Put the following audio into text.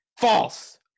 False